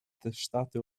testate